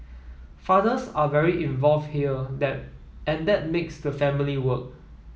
fathers are very involve here that and that makes the family work